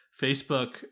Facebook